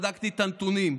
בדקתי את הנתונים: